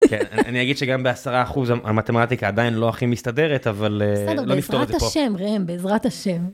כן, אני אגיד שגם בעשרה אחוז, המתמטיקה עדיין לא הכי מסתדרת, אבל לא נפתור את את זה פה. בסדר, בעזרת השם, רעם, בעזרת השם.